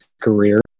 career